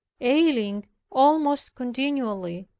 ailing almost continually,